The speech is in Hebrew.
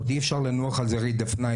ואי אפשר לנוח על זרי הדפנה.